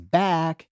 back